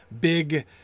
big